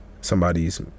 somebody's